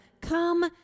come